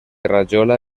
rajola